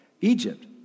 Egypt